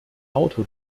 auto